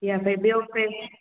या भाई ॿियों कुझु